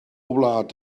wlad